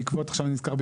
עכשיו אני נזכר,